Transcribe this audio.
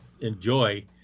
enjoy